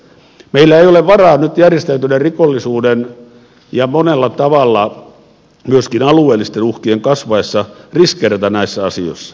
meillä ei ole varaa nyt järjestäytyneen rikollisuuden ja monella tavalla myöskin alueellisten uhkien kasvaessa riskeerata näissä asioissa